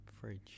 Fridge